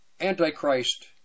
Antichrist